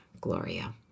Gloria